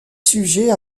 sujet